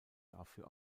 dafür